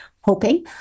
hoping